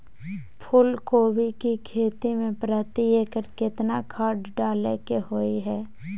फूलकोबी की खेती मे प्रति एकर केतना खाद डालय के होय हय?